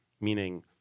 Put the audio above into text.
meaning